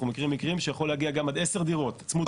אנחנו מכירים מקרים שיכול להגיע גם עד 10 דירות צמוד קרקע.